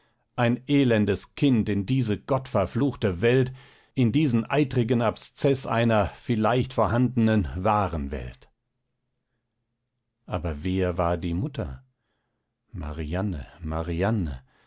ein elendes kind in diese gottverfluchte welt in diesen eitrigen abszeß einer vielleicht vorhandenen wahren welt aber wer war die mutter marianne marianne